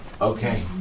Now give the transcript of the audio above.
Okay